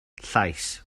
llais